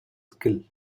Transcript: skill